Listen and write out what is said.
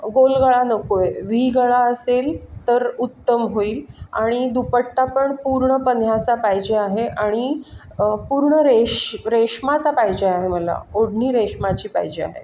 गोल गळा नको आहे व्ही गळा असेल तर उत्तम होईल आणि दुपट्टा पण पूर्ण पन्ह्याचा पाहिजे आहे आणि पूर्ण रेश रेशमाचा पाहिजे आहे मला ओढणी रेशमाची पाहिजे आहे